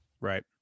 right